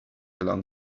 along